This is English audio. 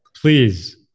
Please